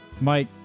Mike